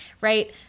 Right